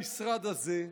המשרד הזה,